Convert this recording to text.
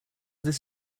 this